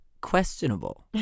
questionable